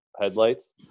Headlights